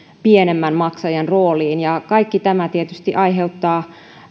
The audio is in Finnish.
pienemmän maksajan rooliin kaikki tämä tietysti aiheuttaa